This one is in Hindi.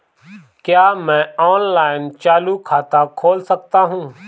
क्या मैं ऑनलाइन चालू खाता खोल सकता हूँ?